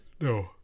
No